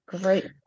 Great